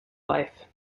life